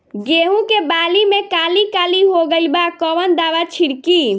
गेहूं के बाली में काली काली हो गइल बा कवन दावा छिड़कि?